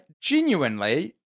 genuinely